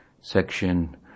section